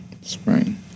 Spring